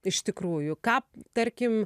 iš tikrųjų ką tarkim